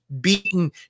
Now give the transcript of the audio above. beaten